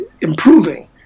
improving